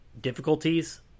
difficulties